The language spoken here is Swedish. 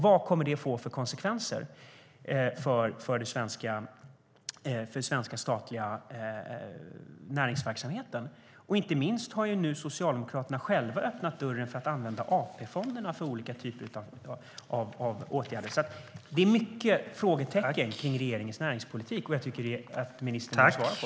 Vad kommer det att få för konsekvenser för den svenska statliga näringsverksamheten? Inte minst har Socialdemokraterna själva öppnat dörren för att använda AP-fonderna för olika typer av åtgärder. Det är många frågetecken runt regeringens näringspolitik, och jag tycker att ministern bör svara.